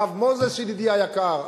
הרב מוזס ידידי היקר,